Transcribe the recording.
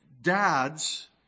dads